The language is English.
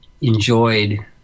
enjoyed